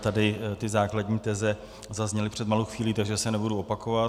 Tady ty základní teze zazněly před malou chvílí, takže se nebudu opakovat.